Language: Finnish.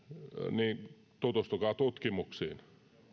niin tutustukaa tutkimuksiin